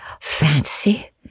Fancy